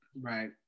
Right